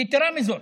יתרה מזאת,